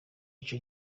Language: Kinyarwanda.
ico